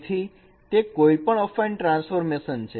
તેથી તે કોઈપણ અફાઈન ટ્રાન્સફોર્મેશન છે